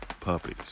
puppies